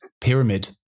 pyramid